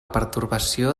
pertorbació